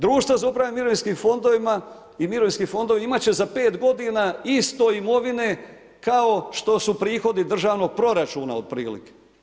Društva za upravljanje mirovinskim fondovima i mirovinski fondovi imat će za 5 g. isto imovine kao što su prihodi državno proračuna otprilike.